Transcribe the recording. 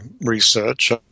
research